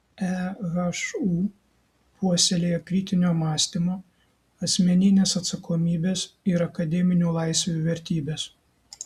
ehu puoselėja kritinio mąstymo asmeninės atsakomybės ir akademinių laisvių vertybes